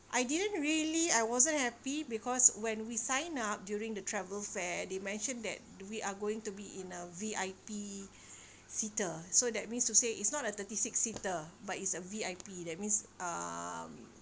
I didn't really I wasn't happy because when we signed up during the travel fair they mentioned that we are going to be in a V_I_P seater so that means to say it's not a thirty six seater but it's a V_I_P that means um